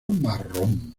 marrón